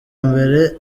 mbere